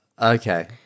Okay